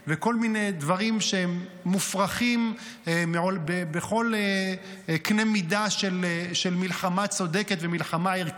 וכל מיני דברים מופרכים בכל קנה מידה של מלחמה צודקת ומלחמה ערכית,